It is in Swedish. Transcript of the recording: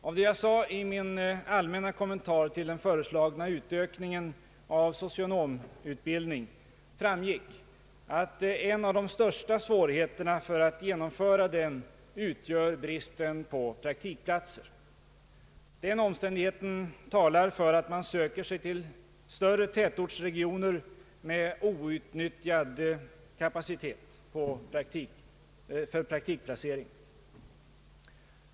Av det jag sade i min allmänna kommentar till den föreslagna utökningen av socionomutbildningen framgick att en av de största svårigheterna att genomföra den är bristen på praktikplatser. Den omständigheten talar för att man söker sig till större tätortsregioner med outnyttjad kapacitet för praktikplacering.